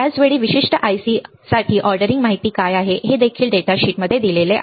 त्याच वेळी त्या विशिष्ट IC साठी ऑर्डरिंग माहिती काय आहे हे देखील डेटा शीटमध्ये दिले आहे